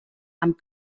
amb